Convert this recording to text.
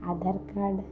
Aadhaar card